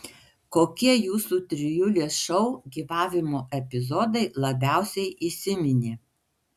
kokie jūsų trijulės šou gyvavimo epizodai labiausiai įsiminė